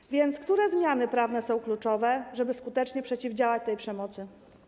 Tak więc które zmiany prawne są kluczowe, żeby skutecznie przeciwdziałać tej przemocy?